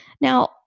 Now